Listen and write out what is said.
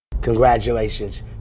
Congratulations